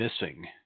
missing